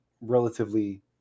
relatively